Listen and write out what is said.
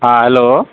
हँ हेलो